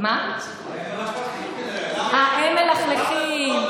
הם מלכלכים, כנראה, אה, הם מלכלכים.